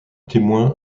témoin